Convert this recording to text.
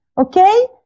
Okay